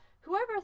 whoever